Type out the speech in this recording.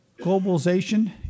globalization